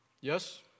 Yes